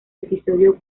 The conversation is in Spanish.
episodio